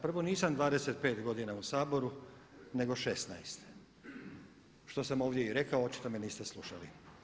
Prvo nisam 25 godina u Saboru, nego 16 što sam ovdje i rekao, očito me niste slušali.